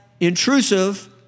intrusive